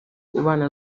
ubana